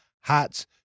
hats